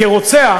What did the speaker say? כרוצח,